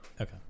okay